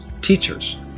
teachers